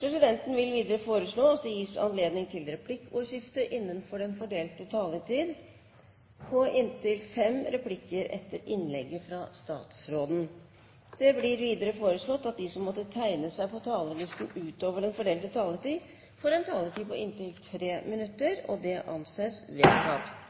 presidenten foreslå at det innenfor den fordelte taletid gis anledning til replikkordskifte på inntil tre replikker med svar etter innlegget fra statsråden. Videre blir det foreslått at de som måtte tegne seg på talerlisten utover den fordelte taletid, får en taletid på inntil